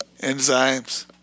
enzymes